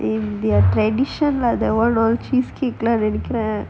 in their tradition lah that what long cheesecake lah